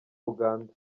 uganda